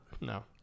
no